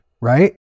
right